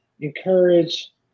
encourage